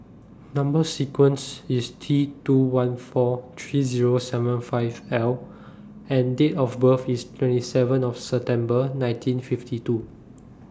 Number sequence IS T two one four three Zero seven five L and Date of birth IS twenty seven of September nineteen fifty two